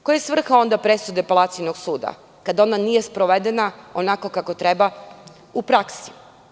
Koja je svrha presude Apelacionog suda kada ona nije sprovedena onako kako treba u praksi?